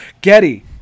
getty